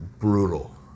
brutal